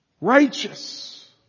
Righteous